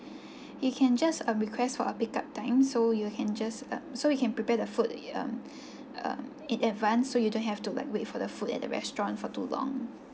you can just um request for a pick up time so you can just um so we can prepare the food um um in advance so you don't have like to wait for the food at the restaurant for too long